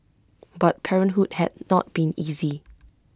but parenthood had not been easy